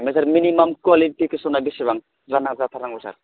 ओमफ्राय sir minimum कुवालिफिकेसना बिसिबां जाथारनांगौ सार